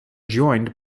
joined